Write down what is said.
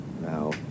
Now